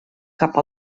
cap